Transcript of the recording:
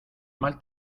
mal